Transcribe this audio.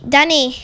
Danny